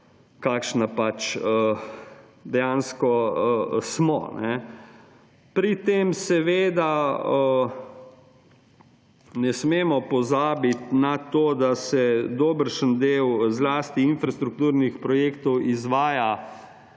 kakšna pač dejansko smo. Pri tem seveda ne smemo pozabiti na to, da se dobršen del, zlasti infrastrukturnih projektov, izvaja